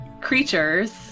creatures